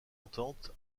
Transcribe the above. entente